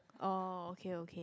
oh okay okay